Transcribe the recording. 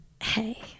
hey